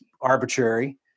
arbitrary